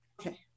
Okay